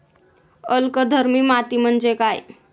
अल्कधर्मी माती म्हणजे काय?